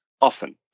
often